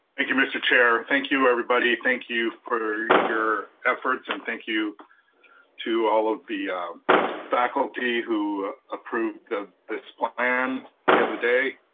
thank you, mr chair. thank you, everybody. thank you for your your efforts. and thank you to all of the faculty who approved the plan the other day.